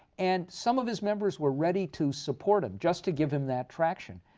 and some of his members were ready to support him, just to give him that traction.